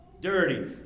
dirty